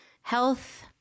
health